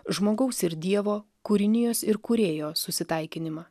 žmogaus ir dievo kūrinijos ir kūrėjo susitaikinimą